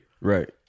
Right